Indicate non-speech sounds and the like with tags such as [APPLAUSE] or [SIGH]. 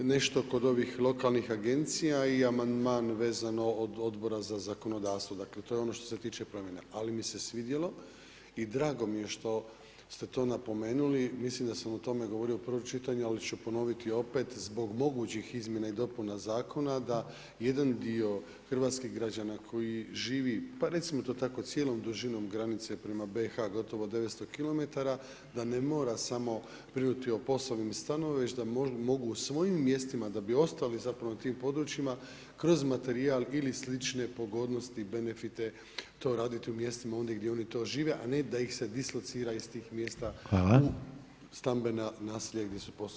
Nešto kod ovih lokalnih agencija i amandman vezano od Odbora za zakonodavstvo, dakle to je ono što tiče, ... [UNINTELLIGIBLE] ali mi se svidjelo i drago mi je što ste napomenuli, mislim da sam o tome govorio u prvom čitanju ali ću ponoviti opet zbog mogućih izmjena i dopuna Zakona da jedan dio hrvatskih građana koji živi, pa recimo to tako, cijelom dužinom granice prema BIH, gotovo 900 km, da ne mora samo brinuti o POS-ovim stanovima, već da mogu u svojim mjestima da bi ostali zapravo na tim područjima kroz materijal ili slične pogodnosti, benefite to raditi u mjestima ondje gdje oni to žive, a ne da ih se dislocira iz tih mjesta u stambena naselja gdje su POS-ovi stanovi.